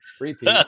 repeat